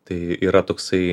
tai yra toksai